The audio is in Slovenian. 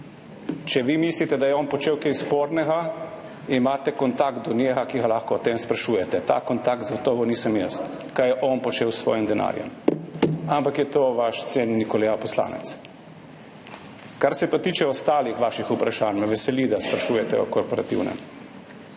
Če vi mislite, da je on počel kaj spornega, imate kontakt, ki ga lahko o tem sprašujete. Ta kontakt zagotovo nisem jaz, kaj je on počel s svojim denarjem, ampak je to vaš cenjeni kolega poslanec. Kar se pa tiče ostalih vaših vprašanj, me veseli, da sprašujete o korporativnem